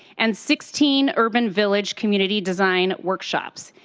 and sixteen urban village community design workshops.